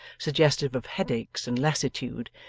suggestive of headaches and lassitude,